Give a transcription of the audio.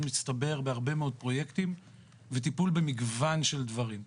מצטבר בהרבה מאוד פרויקטים וטיפול במגוון של דברים.